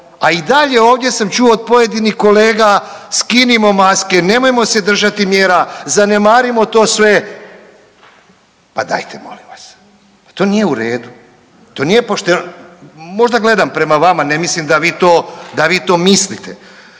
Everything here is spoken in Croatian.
a i dalje ovdje sam čuo od pojedinih kolega skinimo maske, nemojmo se držati mjera, zanemarimo to sve. Pa dajte molim vas, pa to nije u redu, to nije pošteno. Možda gledam prema vama, ne mislim da vi to, da vi